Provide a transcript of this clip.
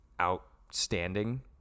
outstanding